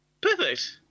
Perfect